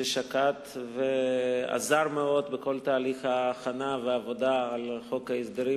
ששקד ועזר מאוד לכולנו בכל תהליך ההכנה והעבודה על חוק ההסדרים.